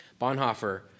Bonhoeffer